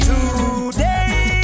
Today